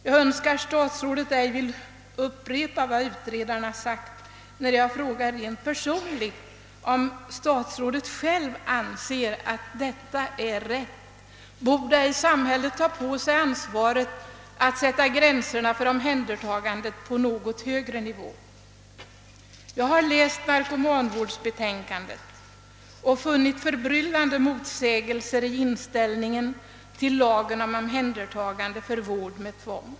Jag önskar inte att statsrådet här upprepar vad utredarna har sagt, utan jag vill fråga honom om han själv anser att detta tillvägagångssätt är riktigt. Borde inte samhället ta på sig ansvaret att sätta gränserna för omhändertagandet på en något högre nivå? Jag har läst narkomanvårdsbetänkandet och där funnit förbryllande motsägelser i inställningen till lagen om omhändertagande för vård med tvång.